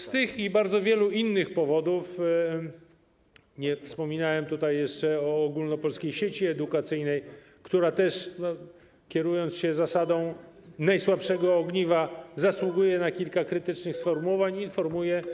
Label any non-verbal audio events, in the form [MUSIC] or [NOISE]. Z tych i bardzo wielu innych powodów - nie wspomniałem tutaj jeszcze o Ogólnopolskiej Sieci Edukacyjnej, która też, zgodnie z zasadą [NOISE] najsłabszego ogniwa, zasługuje na kilka krytycznych sformułowań - informuję, że.